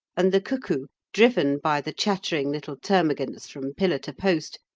and the cuckoo, driven by the chattering little termagants from pillar to post,